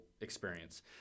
experience